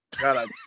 God